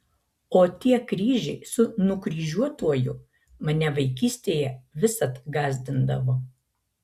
o tie kryžiai su nukryžiuotuoju mane vaikystėje visad gąsdindavo